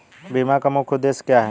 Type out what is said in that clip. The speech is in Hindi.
बीमा का मुख्य उद्देश्य क्या है?